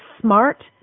smart